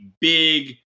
big